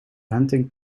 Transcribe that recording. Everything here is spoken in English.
hunting